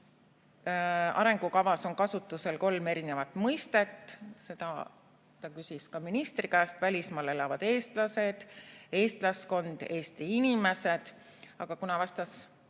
et arengukavas on kasutusel kolm erinevat mõistet, seda ta küsis ka ministri käest: välismaal elavad eestlased, eestlaskond, Eesti inimesed. Aga kuna vastas